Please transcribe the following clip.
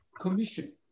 Commission